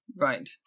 Right